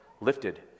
lifted